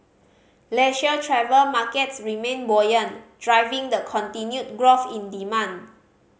leisure travel markets remained buoyant driving the continued growth in demand